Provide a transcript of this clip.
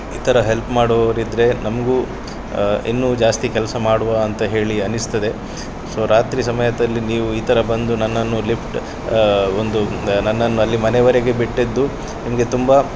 ಈ ಥರ ಹೆಲ್ಪ್ ಮಾಡುವವರಿದ್ದರೆ ನಮಗೂ ಇನ್ನೂ ಜಾಸ್ತಿ ಕೆಲಸ ಮಾಡುವ ಅಂತ ಹೇಳಿ ಅನ್ನಿಸ್ತದೆ ಸೊ ರಾತ್ರಿ ಸಮಯದಲ್ಲಿ ನೀವು ಈ ಥರ ಬಂದು ನನ್ನನ್ನು ಲಿಫ್ಟ್ ಒಂದು ನನ್ನನ್ನ ಅಲ್ಲಿ ಮನೆವರೆಗೆ ಬಿಟ್ಟಿದ್ದು ನಿಮಗೆ ತುಂಬ